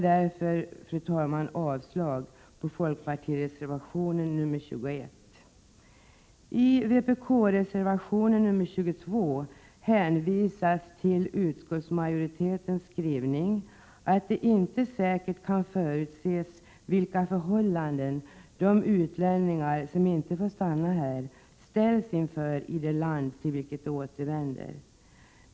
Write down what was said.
Jag yrkar avslag på folkpartireservationen nr 21. I vpk-reservationen nr 22 hänvisas till utskottsmajoritetens skrivning att det inte säkert kan förutses vilka förhållanden som de utlänningar som inte får stanna här ställs inför i det land till vilket de återvänder.